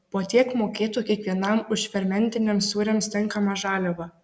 po tiek mokėtų kiekvienam už fermentiniams sūriams tinkamą žaliavą